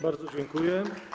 Bardzo dziękuję.